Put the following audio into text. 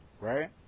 Right